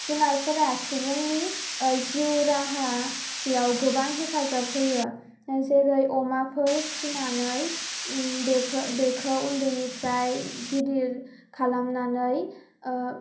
जुनारफोरा सुबुंनि जिउ राहायाव गोबां हेफाजाब होयो जोरै अमाफोर फिनानै बेखौ उन्दैनिफ्राय गिदिर खालामनानै